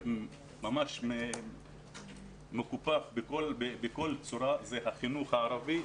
פה מקופח בכל צורה זה החינוך הערבי,